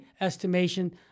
estimation